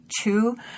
two